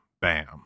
Bam